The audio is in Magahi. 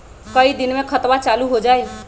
कई दिन मे खतबा चालु हो जाई?